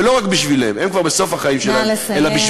ולא רק בשבילם, הם כבר בסוף החיים שלהם, נא לסיים.